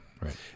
Right